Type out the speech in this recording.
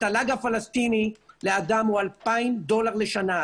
התל"ג הפלסטיני לאדם הוא 2,000 דולר לשנה,